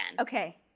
Okay